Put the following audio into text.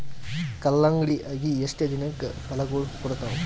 ಕಲ್ಲಂಗಡಿ ಅಗಿ ಎಷ್ಟ ದಿನಕ ಫಲಾಗೋಳ ಕೊಡತಾವ?